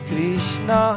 Krishna